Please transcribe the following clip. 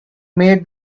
made